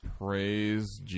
Praise